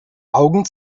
augen